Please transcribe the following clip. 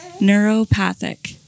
Neuropathic